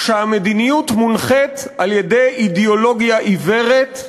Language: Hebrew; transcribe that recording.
כשהמדיניות מונחית על-ידי אידיאולוגיה עיוורת,